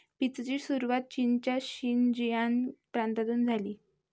पीचची सुरुवात चीनच्या शिनजियांग प्रांतातून झाली